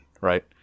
right